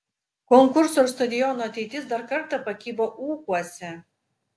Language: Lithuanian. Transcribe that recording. konkurso ir stadiono ateitis dar kartą pakibo ūkuose